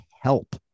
help